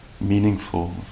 meaningful